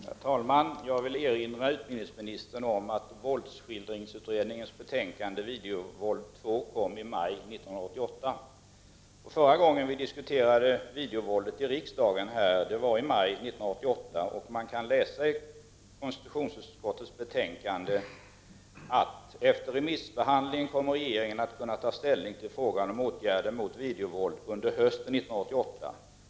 Herr talman! Jag vill erinra utbildningsministern om att våldsskildringsutredningens betänkande Videovåld 2 kom i maj 1988. Förra gången vi diskuterade videovåldet i riksdagen var i maj 1988. Man kan läsa i KU:s betänkande att efter remissbehandling kommer regeringen att kunna ta ställning till frågan om åtgärder mot videovåld under hösten 1988.